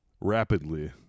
rapidly